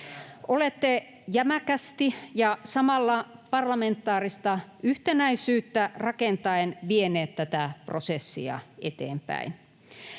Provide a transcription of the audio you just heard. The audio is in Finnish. Olette jämäkästi ja samalla parlamentaarista yhtenäisyyttä rakentaen vieneet tätä prosessia eteenpäin.